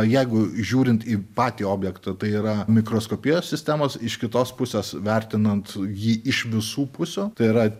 jeigu žiūrint į patį objektą tai yra mikroskopijos sistemos iš kitos pusės vertinant jį iš visų pusių tai yra